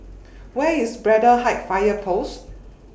Where IS Braddell Heights Fire Post